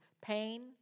pain